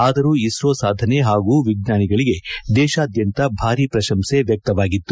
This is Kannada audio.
ಆದರೂ ಇಸ್ರೋ ಸಾಧನೆ ಹಾಗೂ ವಿಜ್ಞಾನಿಗಳಿಗೆ ದೇಶಾದ್ಯಂತ ಭಾರಿ ಪ್ರಶಂಸೆ ವ್ಯಕ್ತವಾಗಿತ್ತು